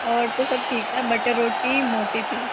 और तो सब ठीक था बट रोटी मोटी थी